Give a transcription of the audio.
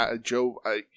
Joe